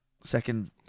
second